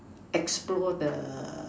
explore the